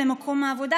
החובות.